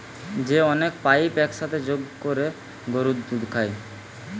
যে অনেক পাইপ এক সাথে যোগ কোরে গরুর দুধ যায়